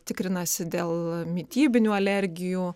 tikrinasi dėl mitybinių alergijų